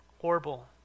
Horrible